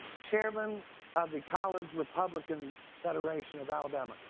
chairman of the college republican federation of alabama.